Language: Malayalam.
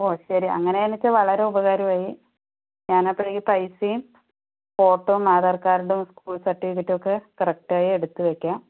ഓ ശരി അങ്ങനെയാണച്ചാൽ വളരെ ഉപകാരമായി ഞാനപ്പഴേക്കും പൈസയും ഫോട്ടോയും അധാർകാർഡും ഒക്കെ സെറ്റ് ചെയ്തിട്ട് ഒക്കെ കറക്റ്റായി എടുത്തു വയ്ക്കാം